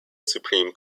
supreme